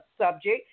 subject